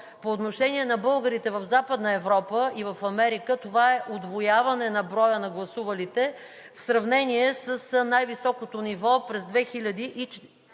По отношение на българите в Западна Европа и в Америка това е удвояване на броя на гласувалите в сравнение с най-високото ниво през 2014 г.